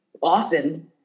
often